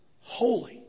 Holy